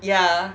ya